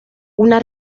una